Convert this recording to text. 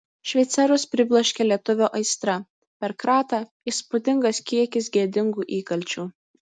šveicarus pribloškė lietuvio aistra per kratą įspūdingas kiekis gėdingų įkalčių